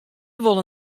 wolle